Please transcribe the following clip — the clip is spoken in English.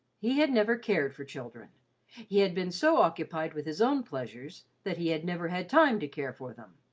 he had never cared for children he had been so occupied with his own pleasures that he had never had time to care for them.